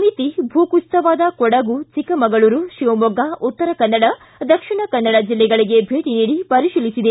ಸಮಿತಿ ಭೂ ಕುಸಿತವಾದ ಕೊಡಗು ಚಿಕ್ಕಮಗಳೂರು ಶಿವಮೊಗ್ಗ ಉತ್ತರ ಕನ್ನಡ ದಕ್ಷಿಣ ಕನ್ನಡ ಜಿಲ್ಲೆಗಳಿಗೆ ಭೇಟಿ ನೀಡಿ ಪರಿಶೀಲಿಸಿದೆ